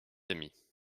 amis